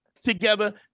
together